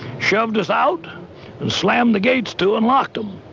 shoved us out and slammed the gates too and locked them.